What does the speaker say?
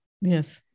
Yes